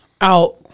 out